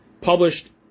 published